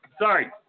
Sorry